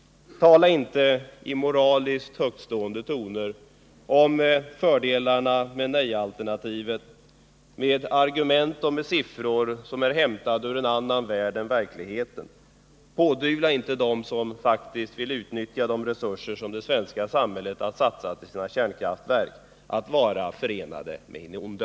Tala inte i moraliskt högstående toner om fördelarna med nej-alternativet, med argument och med siffror som är hämtade ur en annan värld än verklighetens. Pådyvla inte dem som vill utnyttja de resurser som det svenska samhället har satsat i sina kärnkraftverk att vara förenade med Hin Onde.